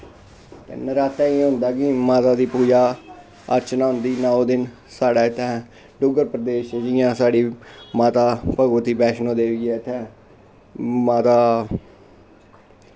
नरातें च एह् होंदा कि माता दी पूज़ा अर्चना होंदी नौ दिन साढ़ै इत्थै डुग्गर प्रदेश च जि'यां साढ़ी माता भगवती बैष्णो देवी ऐ इत्थै माता